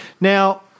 Now